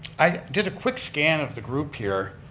i did a quick scan of the group here,